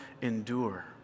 endure